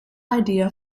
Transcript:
idea